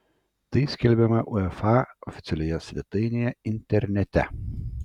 tai skelbiama uefa oficialioje svetainėje internete